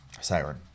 siren